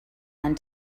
ein